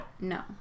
No